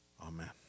Amen